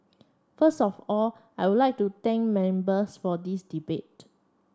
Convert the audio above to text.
first of all I would like to thank members for this debate